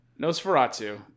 Nosferatu